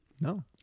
No